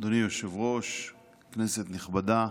אדוני היושב-ראש, כנסת נכבדה,